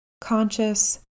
conscious